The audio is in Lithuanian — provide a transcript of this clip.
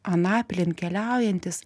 anapilin keliaujantis